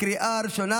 לקריאה הראשונה.